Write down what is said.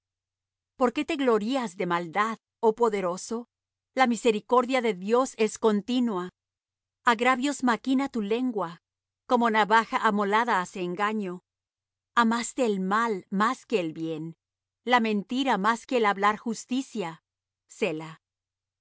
por qué te glorías de maldad oh poderoso la misericordia de dios es continua agravios maquina tu lengua como navaja amolada hace engaño amaste el mal más que el bien la mentira más que hablar justicia